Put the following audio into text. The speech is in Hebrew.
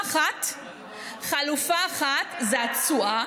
חלופה אחת זה התשואה,